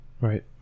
right